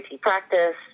Practice